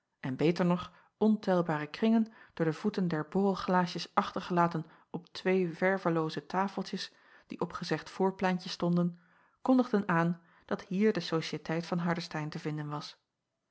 en beter nog ontelbare kringen door de voeten der borrelglaasjes achtergelaten op twee verwelooze tafeltjes die op gezegd voorpleintje stonden kondigden aan dat hier de ociëteit van ardestein te vinden was